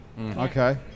Okay